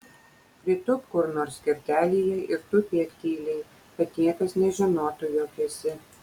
pritūpk kur nors kertelėje ir tupėk tyliai kad niekas nežinotų jog esi